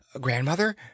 grandmother